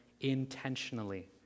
intentionally